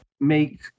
make